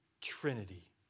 Trinity